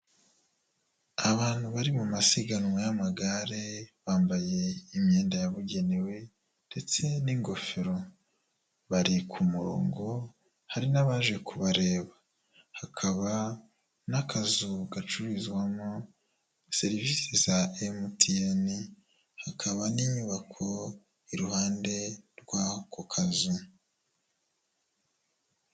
Abantu bari mu masiganwa y'amagare bambaye imyenda yabugenewe ndetse n'ingofero. Bari ku murongo, hari nabaje kubareba. Hakaba n'akazu gacururizwamo serivisi za MTN, hakaba n'inyubako iruhande rwako kazu.